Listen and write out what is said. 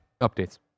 Updates